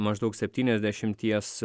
maždaug septyniasdešimties